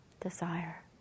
desire